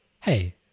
Hey